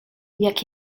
jak